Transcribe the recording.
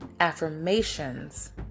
affirmations